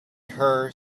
her